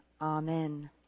Amen